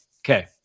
Okay